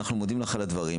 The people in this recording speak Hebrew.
אנחנו מודים לך על הדברים.